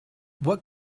what